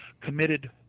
committed